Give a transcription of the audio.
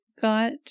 got